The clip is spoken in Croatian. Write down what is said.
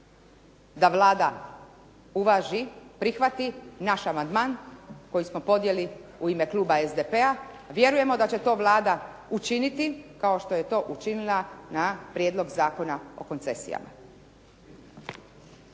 da Vlada uvaži, prihvati naš amandman koji smo podnijeli u ime kluba SDP-a, vjerujemo da će to Vlada učiniti kao što je to učinila na prijedlog Zakona o koncesijama.